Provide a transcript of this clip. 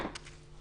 מיוחד.